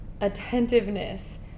attentiveness